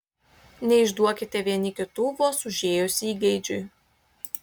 neišduokite vieni kitų vos užėjus įgeidžiui